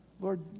Lord